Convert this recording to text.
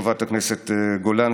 חברת הכנסת גולן,